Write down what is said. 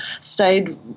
stayed